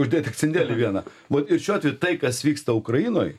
uždėt akcentėlį vieną vat ir šiuo atveju tai kas vyksta ukrainoj